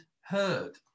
heard